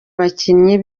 bakinnyi